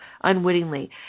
unwittingly